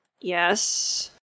Yes